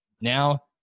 now